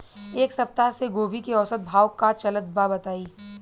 एक सप्ताह से गोभी के औसत भाव का चलत बा बताई?